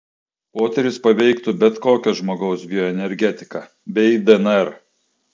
potyris paveiktų bet kokio žmogaus bioenergetiką bei dnr